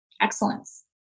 excellence